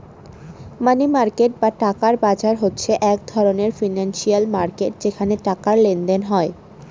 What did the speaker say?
মানি market বা টাকার বাজার হচ্ছে এক ধরনের ফিনান্সিয়াল মার্কেট যেখানে টাকার লেনদেন হয়